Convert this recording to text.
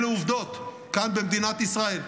אלה עובדות כאן במדינת ישראל.